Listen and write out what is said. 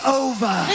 over